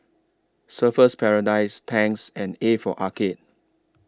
Surfer's Paradise Tangs and A For Arcade